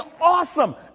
awesome